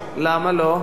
למה לא?